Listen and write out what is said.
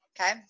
Okay